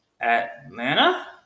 Atlanta